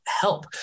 help